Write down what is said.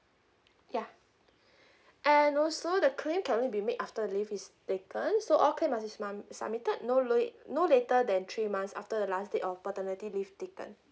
ya and also the claim can only be made after leave is taken so all claims must be must submitted no late no later than three months after the last day of paternity leave taken